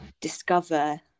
discover